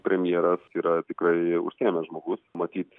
premjeras yra tikrai užsiėmęs žmogus matyt